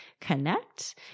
connect